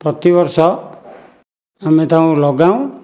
ପ୍ରତିବର୍ଷ ଆମେ ତାକୁ ଲଗାଉଁ